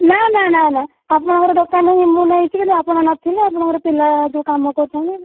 ନା ନା ନା ନା ଆପଣଙ୍କ ଦୋକାନରୁ ମୁଁ ନେଇଛି କିନ୍ତୁ ଆପଣ ନ ଥିଲେ ଆପଣଙ୍କର ପିଲା ଯେଉଁ କାମ କରୁଛନ୍ତି